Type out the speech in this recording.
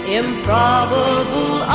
improbable